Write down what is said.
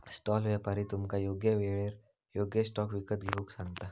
stall व्यापारी तुमका योग्य येळेर योग्य स्टॉक विकत घेऊक सांगता